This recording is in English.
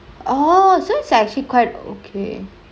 orh so it's actually quite okay